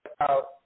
out